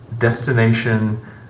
destination